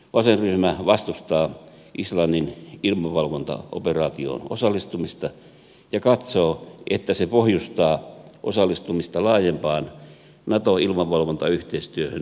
vasenryhmä vastustaa islannin ilmavalvontaoperaatioon osallistumista ja katsoo että se pohjustaa osallistumista laajempaan nato ilmavalvontayhteistyöhön baltiassa